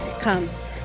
comes